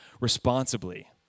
responsibly